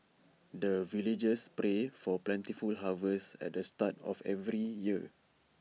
the villagers pray for plentiful harvest at the start of every year